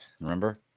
remember